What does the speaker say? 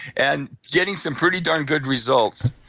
and getting some pretty darn good results.